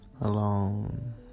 alone